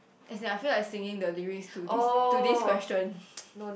as in I feel like singing the lyrics to this to this question